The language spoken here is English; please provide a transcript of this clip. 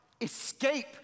escape